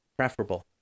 preferable